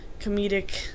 comedic